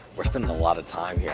are spending a lot of time here.